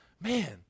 man